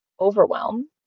overwhelm